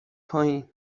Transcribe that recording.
پایین